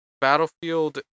Battlefield